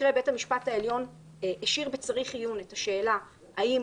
באותו מקרה בית המשפט העליון השאיר בצריך עיון את השאלה האם